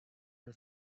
her